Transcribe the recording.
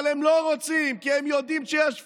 אבל הם לא רוצים, כי הם יודעים שיש פראיירים,